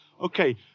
okay